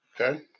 Okay